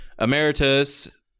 Emeritus